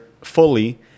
fully